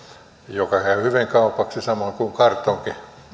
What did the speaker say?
joka käy hyvin kaupaksi maailmanmarkkinoilla samoin kuin kartonkia